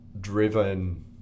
driven